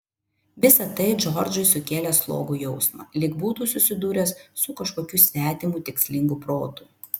visa tai džordžui sukėlė slogų jausmą lyg būtų susidūręs su kažkokiu svetimu tikslingu protu